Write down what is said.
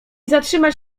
zatrzymać